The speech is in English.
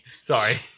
Sorry